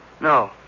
No